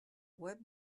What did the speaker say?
web